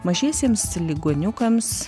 mažiesiems ligoniukams